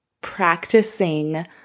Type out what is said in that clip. practicing